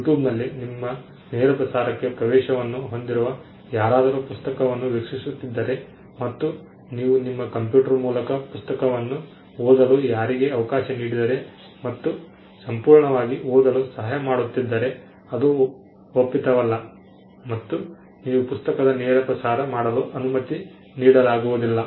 ಯೂಟ್ಯೂಬ್ನಲ್ಲಿ ನಿಮ್ಮ ನೇರಪ್ರಸಾರಕ್ಕೆ ಪ್ರವೇಶವನ್ನು ಹೊಂದಿರುವ ಯಾರಾದರೂ ಪುಸ್ತಕವನ್ನು ವೀಕ್ಷಿಸುತ್ತಿದ್ದರೆ ಮತ್ತು ನೀವು ನಿಮ್ಮ ಕಂಪ್ಯೂಟರ್ ಮೂಲಕ ಪುಸ್ತಕವನ್ನು ಓದಲು ಅವರಿಗೆ ಅವಕಾಶ ನೀಡಿದರೆ ಮತ್ತು ಸಂಪೂರ್ಣವಾಗಿ ಓದಲು ಸಹಾಯ ಮಾಡುತ್ತಿದ್ದರೆ ಅದು ಒಪ್ಪಿತವಲ್ಲ ಮತ್ತು ನೀವು ಪುಸ್ತಕದ ನೇರ ಪ್ರಸಾರ ಮಾಡಲು ಅನುಮತಿ ನೀಡಲಾಗುವುದಿಲ್ಲ